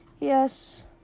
Yes